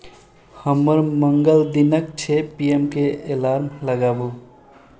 हमर मङ्गल दिनक छै पीएमके एलार्म लगाबू